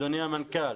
אדוני המנכ"ל,